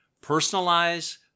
Personalize